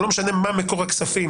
שלא משנה מה מקור הכספים,